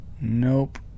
nope